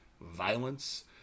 violence